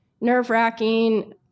nerve-wracking